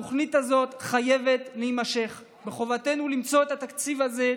התוכנית הזאת חייבת להימשך וחובתנו למצוא את התקציב הזה,